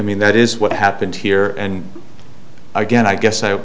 that is what happened here and again i guess